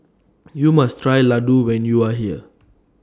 YOU must Try Ladoo when YOU Are here